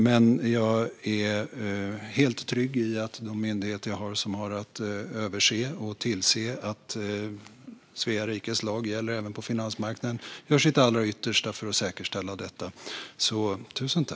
Men jag är helt trygg i att de myndigheter som har att överse och tillse att Svea rikes lag gäller även på finansmarknaden gör sitt allra yttersta för att säkerställa detta.